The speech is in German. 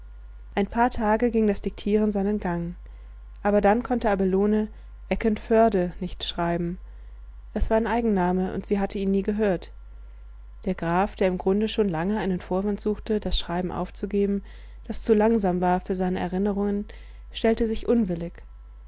ein paar tage ging das diktieren seinen gang aber dann konnte abelone eckernförde nicht schreiben es war ein eigenname und sie hatte ihn nie gehört der graf der im grunde schon lange einen vorwand suchte das schreiben aufzugeben das zu langsam war für seine erinnerungen stellte sich unwillig